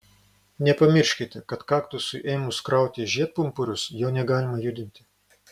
nepamirškite kad kaktusui ėmus krauti žiedpumpurius jo negalima judinti